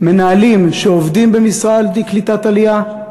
מנהלים שעובדים במשרד לקליטת עלייה,